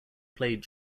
played